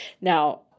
Now